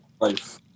life